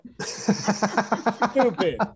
Stupid